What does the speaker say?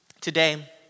Today